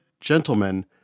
gentlemen